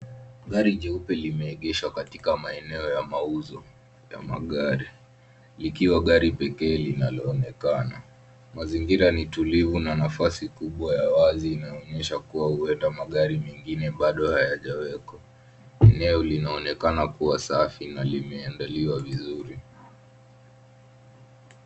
Gari jeupe limeegeshwa katika maeneo ya mauzo ya magari. Likiwa gari pekee linaloonekana. Mazingira ni tulivu na nafasi kubwa ya wazi inaonyesha kuwa huenda magari mengine bado hayajawekwa. Eneo linaonekana kuwa safi na limeandaliwa vizuri.